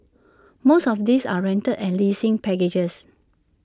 most of these are rental and leasing packages